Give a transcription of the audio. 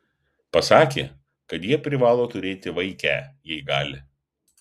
pasakė kad jie privalo turėti vaikę jei gali